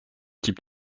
type